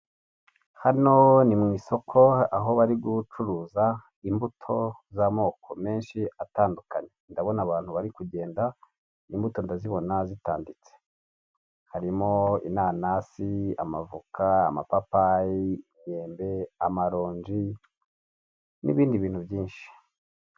Hano ni mu isoko aho bari gucuruza imbuto z'amoko menshi atandukanye. Ndabona abantu bari kugenda, imbuto ndazibona zitambitse harimo: inanasi, amavoka, amapapayi, imyembe, amaronji n'ibindi bintu byinshi.